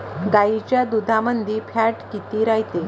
गाईच्या दुधामंदी फॅट किती रायते?